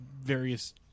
Various